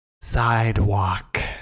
sidewalk